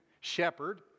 Shepherd